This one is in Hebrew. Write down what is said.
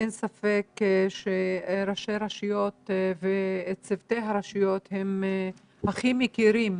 אין ספק שראשי הרשויות וצוותי הרשויות הם מכירים הכי טוב